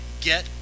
get